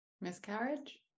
Miscarriage